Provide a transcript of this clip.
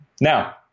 Now